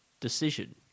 decision